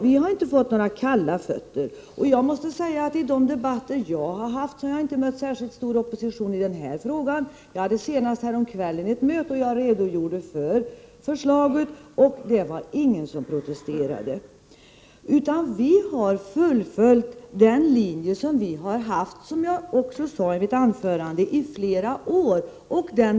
Vi har inte fått kalla fötter. Jag måste säga att jag inte har mött särskilt stor opposition i de debatter jag har fört i denna fråga. Jag hade senast häromkvällen ett möte där jag redogjorde för förslaget. Det var ingen som protesterade. Vi har, som jag också sade i mitt anförande, fullföljt den linje vi har haft i flera år.